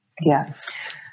Yes